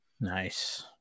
nice